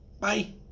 Bye